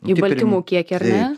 į baltymų kiekį ar ne